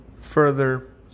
further